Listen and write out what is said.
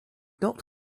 not